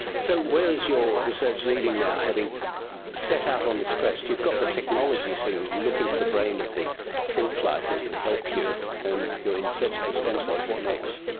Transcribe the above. so where is your research leading now having set out on this quest? you've got the technology so and you can look into the brain of the fruit fly so it can help you and you're in search of the stem cells. what next?